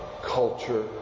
culture